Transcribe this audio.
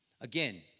Again